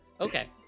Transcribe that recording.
okay